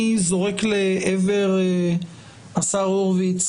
אני זורק לעבר השר הורוביץ,